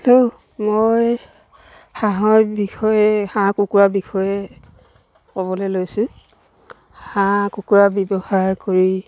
hello মই হাঁহৰ বিষয়ে হাঁহ কুকুৰা বিষয়ে ক'বলৈ লৈছোঁ হাঁহ কুকুৰা ব্যৱসায় কৰি